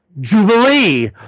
Jubilee